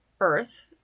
earth